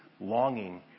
longing